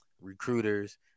Recruiters